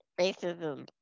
racism